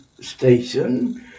station